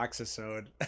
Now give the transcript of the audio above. episode